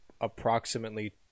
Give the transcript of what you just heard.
approximately